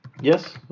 Yes